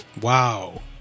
Wow